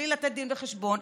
בלי לתת דין וחשבון,